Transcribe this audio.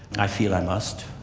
i feel i must,